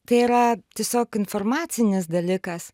tai yra tiesiog informacinis dalykas